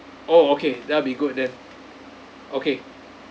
oh okay that'll be good then okay